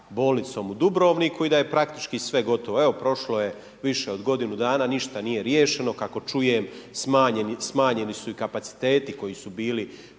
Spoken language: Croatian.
bolnicom u Dubrovniku i da je praktički sve gotovo. Evo prošlo je više od godinu dana ništa nije riješeno. Kakao čujem smanjeni su i kapaciteti koji su bili